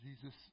Jesus